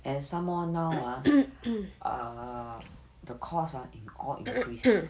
and some more now ah err the costs ah in all increase